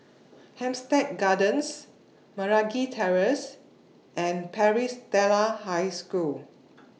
Hampstead Gardens Meragi Terrace and Paris Stella High School